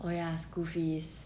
oh ya school fees